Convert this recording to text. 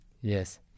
yes